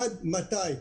עד מתי?